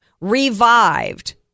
revived